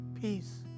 peace